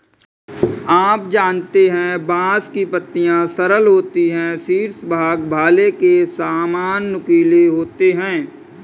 आप जानते है बांस की पत्तियां सरल होती है शीर्ष भाग भाले के सामान नुकीले होते है